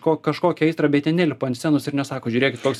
ko kažkokią aistrą bet jie nelipa ant scenos ir nesako žiūrėkit koks